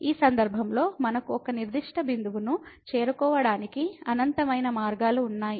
ఈ సందర్భంలో మనకు ఒక నిర్దిష్ట బిందువును చేరుకోవటానికి అనంతమైన మార్గాలు ఉన్నాయి